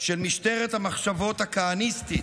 של משטרת המחשבות הכהניסטית,